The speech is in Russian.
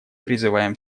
призываем